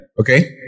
Okay